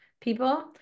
people